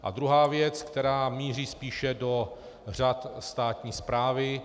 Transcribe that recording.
A druhá věc, která míří spíše do řad státní správy.